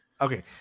okay